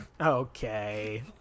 Okay